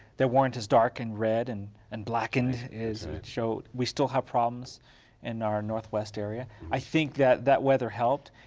that weren't as dark and red and and black and as it showed. we still have problems in our northwest area. i think that that weather helped,